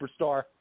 Superstar